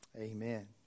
amen